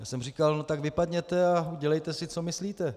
Tak jsem říkal: Tak vypadněte a udělejte si, co myslíte.